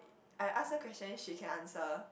I ask her question she can answer